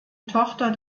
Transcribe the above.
tochter